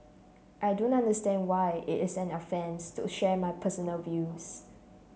I do not understand why it is an offence to share my personal views